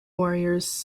warriors